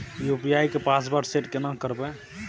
UPI के password set केना करबे?